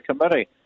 Committee